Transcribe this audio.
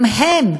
גם הם,